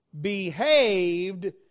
behaved